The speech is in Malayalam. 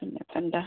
പിന്നപ്പം എന്താ